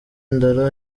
ndora